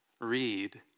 read